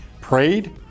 prayed